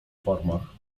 formach